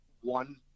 one